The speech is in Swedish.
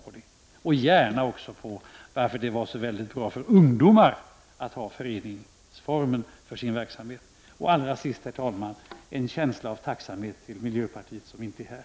Jag skulle gärna också vilja ha ett svar på varför det är så bra för ungdomar att ha föreningsformen för sin verksamhet. Till sist, herr talman, vill jag rikta en känsla av tacksamhet till miljöpartiet som inte är här.